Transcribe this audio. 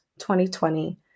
2020